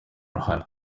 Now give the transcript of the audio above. uruhare